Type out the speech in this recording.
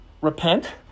repent